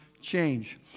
Change